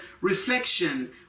reflection